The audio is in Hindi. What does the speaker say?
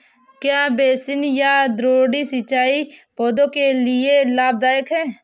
क्या बेसिन या द्रोणी सिंचाई पौधों के लिए लाभदायक है?